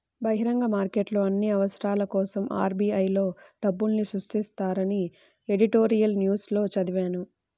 బహిరంగ మార్కెట్లో అన్ని అవసరాల కోసరం ఆర్.బి.ఐ లో డబ్బుల్ని సృష్టిస్తారని ఎడిటోరియల్ న్యూస్ లో చదివాను